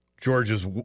George's